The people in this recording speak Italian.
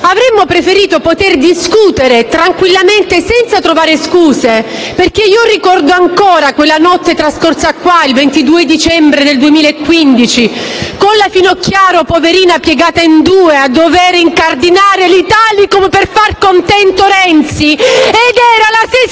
avremmo preferito poter discutere tranquillamente senza trovare scuse. Ricordo ancora quella notte trascorsa qui, il 22 dicembre 2015, con la Finocchiaro, poverina, piegata in due a dover incardinare l'Italicum per far contento Renzi, e si era nel